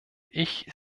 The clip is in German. ich